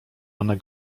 one